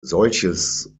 solches